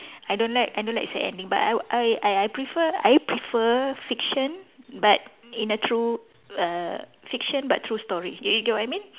I don't like I don't like sad ending but I I I I prefer I prefer fiction but in a true err fiction but true story you you get what I mean